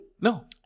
No